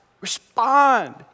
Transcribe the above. respond